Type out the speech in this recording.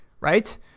right